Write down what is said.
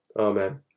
Amen